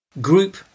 group